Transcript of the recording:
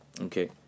Okay